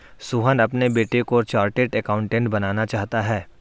सोहन अपने बेटे को चार्टेट अकाउंटेंट बनाना चाहता है